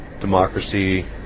democracy